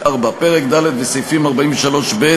פרק ד' וסעיפים 43(ב)